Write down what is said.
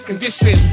Condition